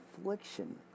affliction